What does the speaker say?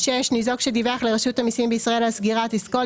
ניזוק שדיווח לרשות המסים בישראל על סגירת עסקו,